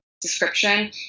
description